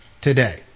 today